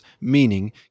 meaning